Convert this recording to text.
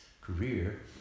career